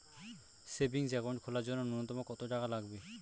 Savings account খোলার জন্য নূন্যতম কত টাকা লাগবে?